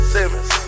Simmons